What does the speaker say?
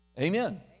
Amen